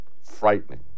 Frightening